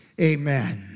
Amen